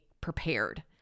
prepared